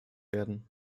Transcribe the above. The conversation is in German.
werden